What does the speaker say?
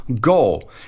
goal